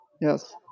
Yes